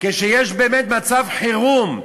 כשיש באמת מצב חירום,